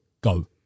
go